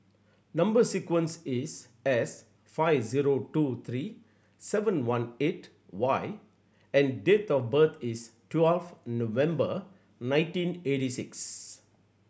number sequence is S five zero two three seven one eight Y and date of birth is twelfth November nineteen eighty six